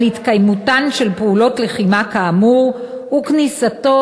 על התקיימות פעולות לחימה כאמור וכניסתו